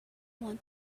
want